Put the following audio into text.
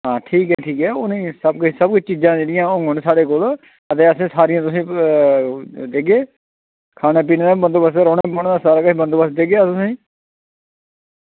हां ठीक ऐ ठीक ऐ उ'नें सब किश सब किश चीजां देनियां होंगङन साढ़े कोल हां ते अस सारियां तुसें देगे खाने पीने दा बंदोबस्त रौह्ने बौह्ने दा सारा किश बंदोबस्त देगे अस तुसें